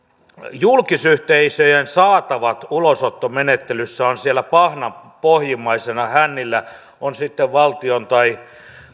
julkisyhteisöjen saatavat ulosottomenettelyssä ovat siellä pahnanpohjimmaisena hännillä on kyseessä sitten valtion tai